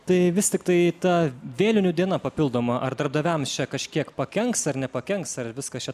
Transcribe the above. tai vis tiktai ta vėlinių diena papildoma ar darbdaviams čia kažkiek pakenks ar nepakenks ar viskas čia